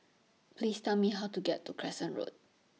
Please Tell Me How to get to Crescent Road